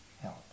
help